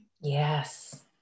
Yes